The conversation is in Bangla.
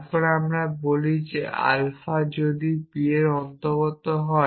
তারপর আমরা বলি যে আলফা যদি p এর অন্তর্গত হয়